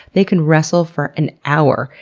they can wrestle for an hour,